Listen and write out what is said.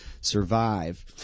survive